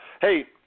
Hey